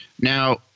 Now